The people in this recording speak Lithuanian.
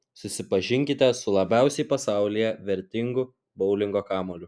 susipažinkite su labiausiai pasaulyje vertingu boulingo kamuoliu